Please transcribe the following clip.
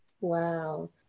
Wow